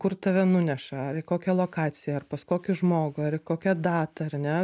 kur tave nuneša ar į kokią lokaciją ar pas kokį žmogų ar į kokią datą ar ne